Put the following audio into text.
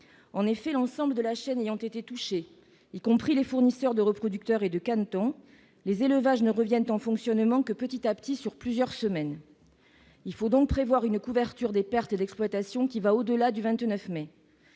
En effet, toute la chaîne ayant été touchée, y compris les fournisseurs de reproducteurs et de canetons, les élevages ne reviennent en fonctionnement que petit à petit, sur plusieurs semaines. Il faut donc prévoir une couverture des pertes d'exploitation qui va au-delà du 29 mai.